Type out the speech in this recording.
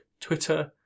Twitter